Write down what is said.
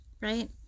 right